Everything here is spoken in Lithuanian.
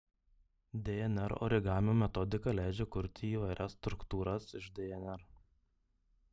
dnr origamio metodika leidžia kurti įvairias struktūras iš dnr